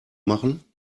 machen